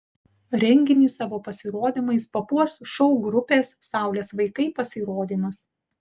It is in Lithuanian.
renginį savo pasirodymais papuoš šou grupės saulės vaikai pasirodymas